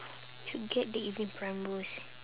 should get the evening primrose